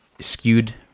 skewed